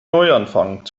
neuanfang